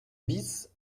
bis